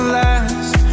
last